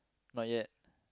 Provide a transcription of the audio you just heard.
not yet